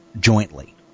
jointly